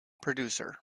producer